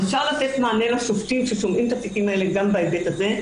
אפשר לתת מענה לשופטים ששומעים את התיקים האלה גם בהיבט הזה.